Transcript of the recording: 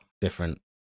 Different